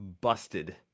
busted